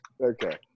Okay